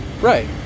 Right